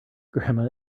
grandma